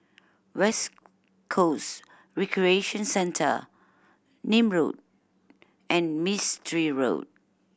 West Coast Recreation Centre Nim Road and Mistri Road